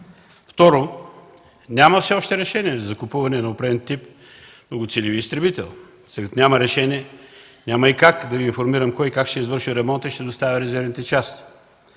Второ, все още няма решение за закупуване на определен тип многоцелеви изтребител. Щом няма решение, няма как да Ви информирам кой и как ще извърши ремонта и ще доставя резервните части.